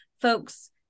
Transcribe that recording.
folks